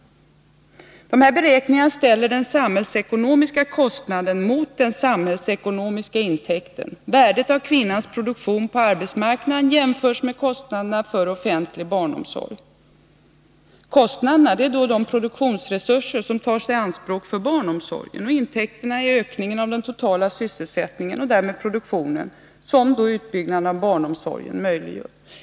De här beräkningarna ställer den samhällsekonomiska kostnaden mot den samhällsekonomiska intäkten. Värdet av kvinnans produktion på arbetsmarknaden jämförs med kostnaderna för offentlig barnomsorg. Kostnaderna är de produktionsresurser som tas i anspråk för barnomsorgen, och intäkterna är ökningen av den totala sysselsättningen, och därmed produktionen, som utbyggnaden av barnomsorgen möjliggör.